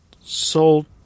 sold